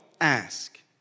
ask